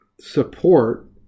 support